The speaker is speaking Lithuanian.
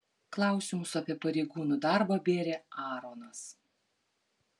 klausimus apie pareigūnų darbą bėrė aaronas